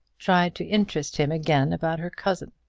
tried to interest him again about her cousin.